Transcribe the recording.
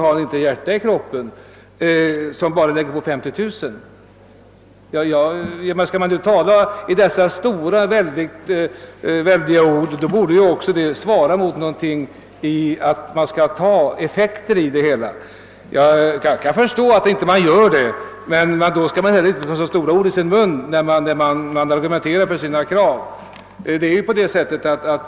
Har ni inte hjärta i kroppen, herr Jönsson, när ni bara lägger på 50 000 kronor? Skall man tala med så stora ord, så borde talet också motsvaras av belopp som får en större effekt. Jag kan förstå att reservanterna inte vill sträcka sig längre, men då skall de heller inte ta så stora ord i sin mun, när de argumenterar för sina förslag.